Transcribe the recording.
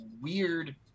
weird